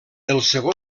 projecte